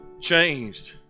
changed